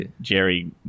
Jerry